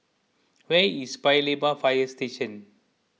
where is Paya Lebar Fire Station